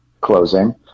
closing